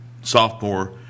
sophomore